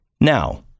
Now